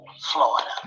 Florida